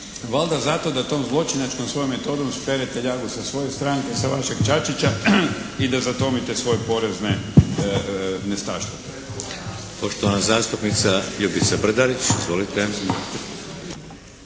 Valjda zato da tom zločinačkom tom svojom metodom sperete ljagu sa svoje stranke, sa vašeg Čačića i da zatomite svoje porezne nestašluke. **Šeks, Vladimir (HDZ)** Poštovana zastupnica Ljubica Brdarić. Izvolite!